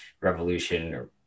revolution